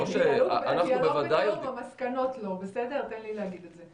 אנחנו בוודאי --- תן לי להגיד את זה: